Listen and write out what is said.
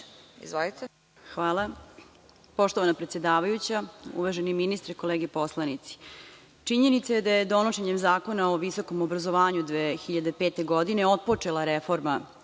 Hvala. Poštovana predsedavajuća, uvaženi ministre, kolege poslanici, činjenica je da je donošenjem Zakona o visokom obrazovanju 2005. godine otpočela reforma